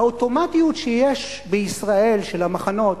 האוטומטיות שיש בישראל של המחנות,